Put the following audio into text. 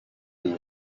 iyi